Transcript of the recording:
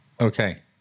Okay